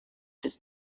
his